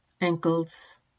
ankles